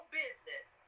business